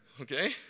Okay